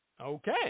Okay